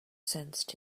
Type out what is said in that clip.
sensed